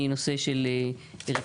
מה שמקשה עלינו בדיון מעמיק ויסודי,